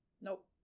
Nope